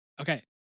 Okay